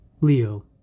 Leo